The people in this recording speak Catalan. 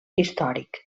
històric